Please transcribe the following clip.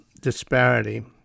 disparity